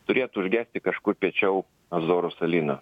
turėtų užgesti kažkur piečiau azorų salyno